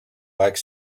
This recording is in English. like